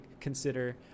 consider